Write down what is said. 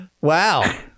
wow